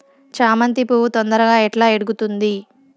చామంతి పువ్వు తొందరగా ఎట్లా ఇడుగుతుంది?